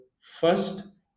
first